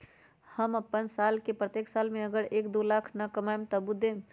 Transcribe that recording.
हम अपन साल के प्रत्येक साल मे अगर एक, दो लाख न कमाये तवु देम?